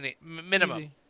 Minimum